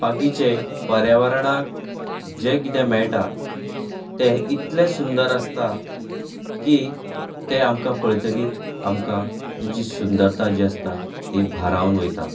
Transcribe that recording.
बाकीचें पर्यावरणाक जें किदें मेळटा तें इतलें सुंदर आसता की तें आमकां पळेतगीर आमकां तेची सुंदरता जी आसता ती भारावन वयतात